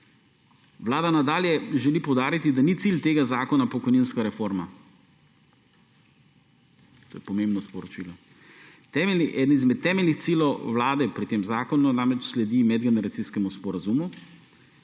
Vlada nadalje želi poudariti, da ni cilj tega zakona pokojninska reforma, to je pomembno sporočilo. Eden izmed temeljnih ciljev Vlade pri tem zakonu namreč sledi medgeneracijskemu sporazumu.